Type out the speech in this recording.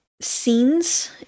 scenes